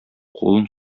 кулын